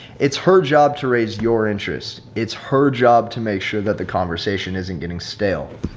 it's her job to raise your interest. it's her job to make sure that the conversation isn't getting stale.